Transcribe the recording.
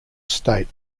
state